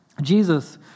Jesus